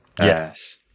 Yes